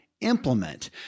implement